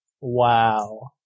Wow